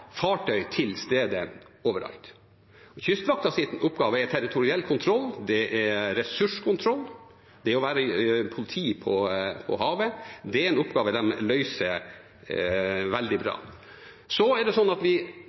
fartøy til stede overalt. Kystvaktens oppgave er territoriell kontroll, det er ressurskontroll, og det å være politi på havet. Det er en oppgave de løser veldig bra. På grunn av endringene i nord bygger vi tre nye isgående fartøy. Det gjør at vi